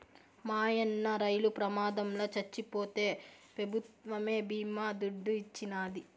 మాయన్న రైలు ప్రమాదంల చచ్చిపోతే పెభుత్వమే బీమా దుడ్డు ఇచ్చినాది